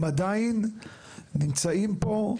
הם עדיין נמצאים פה,